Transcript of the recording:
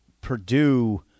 Purdue